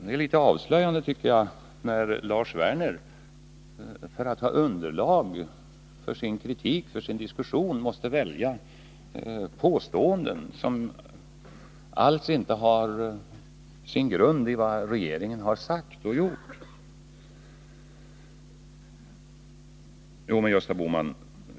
Det är avslöjande när Lars Werner för att få underlag för sin diskussion måste välja påståenden som alls inte har sin grund i vad regeringen har sagt och gjort. Gösta Bohman!